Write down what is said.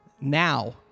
now